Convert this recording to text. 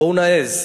בואו נעז.